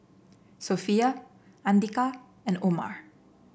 Sofea Andika and Omar